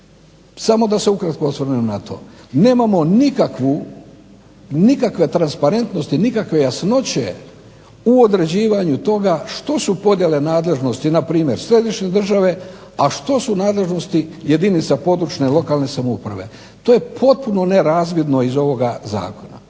samo da se ukratko osvrnem na to. Nemamo nikakve transparentnosti, nikakve jasnoće u određivanju toga što su podjele nadležnosti na primjer središnje države, a što su nadležnosti jedinica područne lokalne samouprave. To je potpuno nerazvidno iz ovoga zakona.